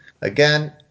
Again